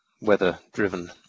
weather-driven